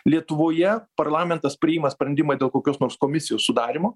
lietuvoje parlamentas priima sprendimą dėl kokios nors komisijos sudarymo